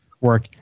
work